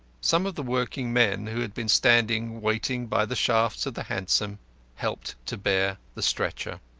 some of the working men who had been standing waiting by the shafts of the hansom helped to bear the stretcher.